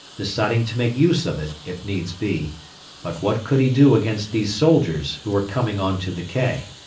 deciding to make use of it, if needs be but what could he do against these soldiers, who were coming on to the quay?